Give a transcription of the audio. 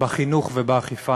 בחינוך ובאכיפה,